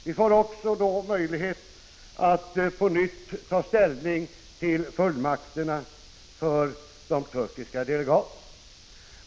Vi får då också möjlighet att på nytt ta ställning till fullmakterna för de turkiska delegaterna.